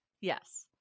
yes